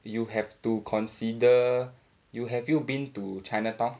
you have to consider have you been to chinatown